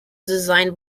designed